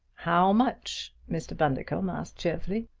how much? mr. bundercombe asked cheerfully.